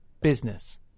business